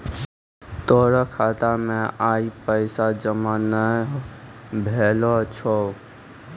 तोरो खाता मे आइ पैसा जमा नै भेलो छौं